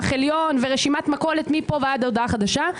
עליון ורשימת מכולת מפה ועד להודעה חדשה,